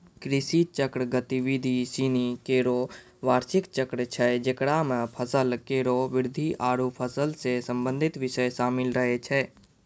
कृषि चक्र गतिविधि सिनी केरो बार्षिक चक्र छै जेकरा म फसल केरो वृद्धि आरु फसल सें संबंधित बिषय शामिल रहै छै